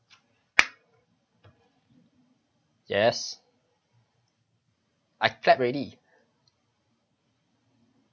yes I clap already